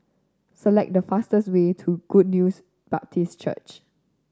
select the fastest way to Good News Baptist Church